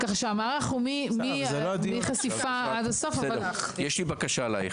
ככה שהמערך הלאומי מחשיפה עד הסוף --- יש לי בקשה אליך.